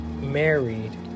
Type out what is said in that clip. married